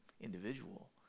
individual